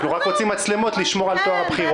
אנחנו רק רוצים מצלמות כדי לשמור על טוהר הבחירות.